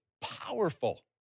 powerful